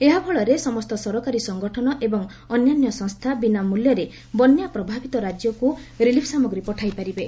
ଏହା ଫଳରେ ସମସ୍ତ ସରକାରୀ ସଂଗଠନ ଏବଂ ଅନନ୍ୟା ସଂସ୍ଥା ବିନା ମୂଲ୍ୟରେ ବନ୍ୟା ପ୍ରଭାବିତ ରାଜ୍ୟକୁ ରିଲିଫ ସାମଗ୍ରୀ ପଠାଇପାରିବେ